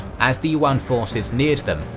as the yuan forces neared them,